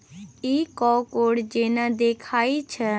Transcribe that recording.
इ कॉकोड़ जेना देखाइत छै